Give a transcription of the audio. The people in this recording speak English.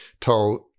told